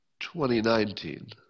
2019